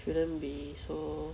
wouldn't be so